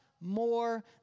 more